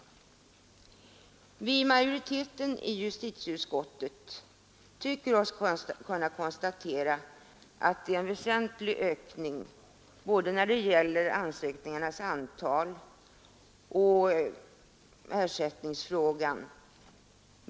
Vi i justitieutskottets majoritet tycker oss kunna konstatera att det är en väsentlig ökning beträffande både ansökningarnas antal och de utgående anslagen.